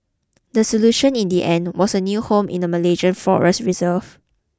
the solution in the end was a new home in a Malaysian forest reserve